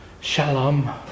Shalom